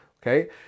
Okay